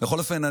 בכל אופן,